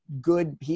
good